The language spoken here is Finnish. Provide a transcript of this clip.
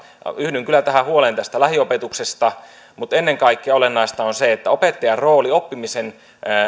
yhdyn kyllä huoleen tästä lähiopetuksesta mutta ennen kaikkea olennaista on se että opettajan rooli oppimisen